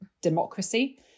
democracy